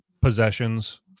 possessions